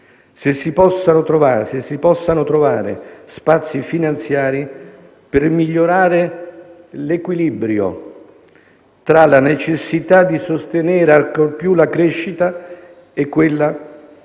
se si possano trovare spazi finanziari per migliorare l'equilibrio tra la necessità di sostenere ancor più la crescita e la